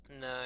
No